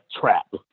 trap